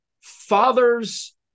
Fathers